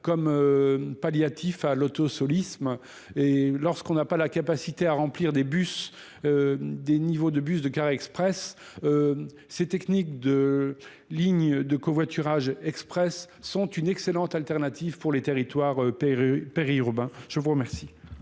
comme palliatif à l'auto soliste et lorsqu'on n'a pas la capacité à remplir des bus, des niveaux de bus, de cars, express. Ces techniques de ligne de covoiturage express sont une excellente alternative pour les territoires périurbains je vous remercie.